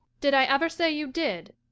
did i ever say you did?